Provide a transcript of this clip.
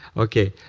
okay.